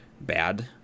bad